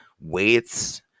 weights